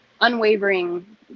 unwavering